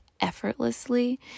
effortlessly